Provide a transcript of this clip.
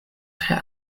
tre